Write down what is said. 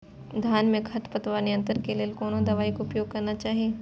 धान में खरपतवार नियंत्रण के लेल कोनो दवाई के उपयोग करना चाही?